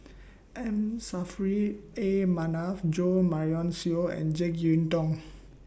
M Saffri A Manaf Jo Marion Seow and Jek Yeun Thong